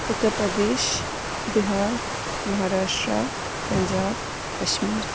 Uttar Pradesh Bihar Maharashtra Punjab Kashmir